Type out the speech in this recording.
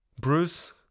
bruce